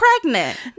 pregnant